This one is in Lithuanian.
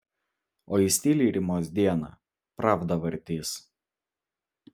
o jis tyliai rymos dieną pravdą vartys